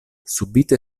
subite